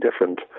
different